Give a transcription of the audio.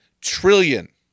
trillion